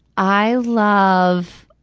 i love,